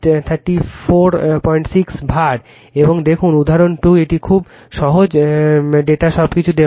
এখন দেখুন উদাহরণ 2 এটি খুব সহজ ডেটা সবকিছু দেওয়া আছে